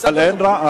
אבל אין רמקול.